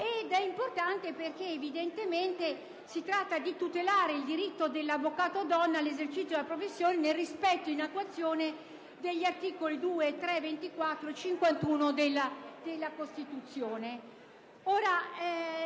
in questo senso, perché evidentemente si tratta di tutelare il diritto dell'avvocato donna all'esercizio della professione, nel rispetto ed in attuazione degli articoli 2, 3, 24 e 51 della Costituzione.